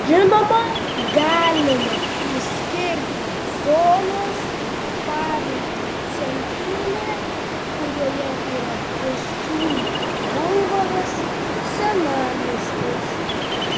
žinoma galima išskirti zonas pavyzdžiui centrinė kurioje yra pėsčiųjų bulvaras senamiestis